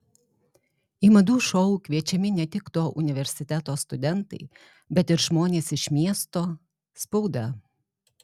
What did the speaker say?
į madų šou kviečiami ne tik to universiteto studentai bet ir žmonės iš miesto spauda